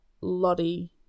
Lottie